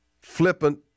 flippant